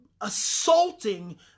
assaulting